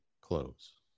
close